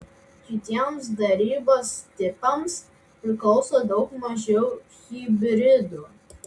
kitiems darybos tipams priklauso daug mažiau hibridų